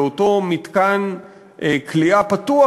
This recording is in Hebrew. לאותו מתקן כליאה פתוח,